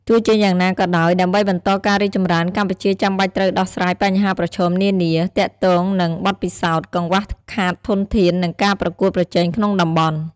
ទោះជាយ៉ាងណាក៏ដោយ ដើម្បីបន្តការរីកចម្រើន កម្ពុជាចាំបាច់ត្រូវដោះស្រាយបញ្ហាប្រឈមនានា ទាក់ទងនឹងបទពិសោធន៍ កង្វះខាតធនធាន និងការប្រកួតប្រជែងក្នុងតំបន់។